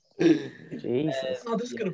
Jesus